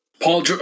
Paul